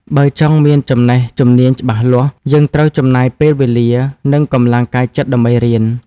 បើចង់មានចំណេះជំនាញច្បាស់លាស់ យើងត្រូវចំណាយពេលវេលា និងកម្លាំងកាយចិត្តដើម្បីរៀន។